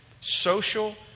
social